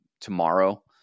tomorrow